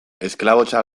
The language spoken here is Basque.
esklabotza